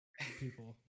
people